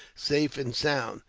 safe and sound.